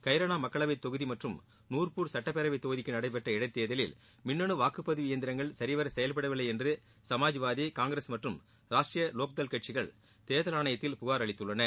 ரைனா மக்களவை தொகுதி மற்றும் நூா்பூர் சுட்டப்பேரவை தொகுதிக்கும் நடைபெற்ற இடைத்தேர்தலில் மின்னு வாக்குபதிவு இபந்திரங்கள் சிவர செயல்படவில்லை என்று சமாஜ்வாதி காங்கிரஸ் மற்றும் ராஷ்டிரிய லோக்தள் கட்சிகள் தேர்தல் ஆணைத்தில் புகார் அளித்துள்ளன